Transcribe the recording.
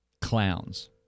clowns